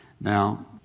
Now